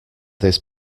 this